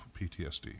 PTSD